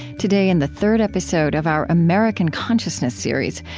today, in the third episode of our american consciousness series,